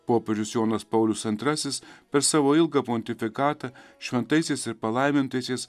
popiežius jonas paulius antrasis per savo ilgą pontifikatą šventaisiais ir palaimintaisiais